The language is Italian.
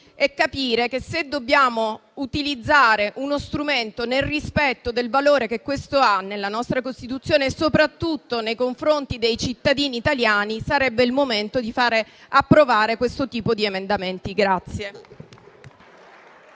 per capire che, se dobbiamo utilizzare uno strumento nel rispetto del valore che questo ha nella nostra Costituzione e soprattutto nei confronti dei cittadini italiani, sarebbe il momento di far approvare questo tipo di emendamenti.